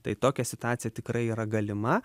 tai tokia situacija tikrai yra galima